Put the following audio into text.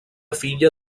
filla